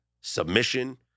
submission